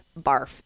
barf